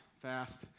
fast